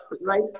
Right